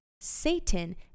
Satan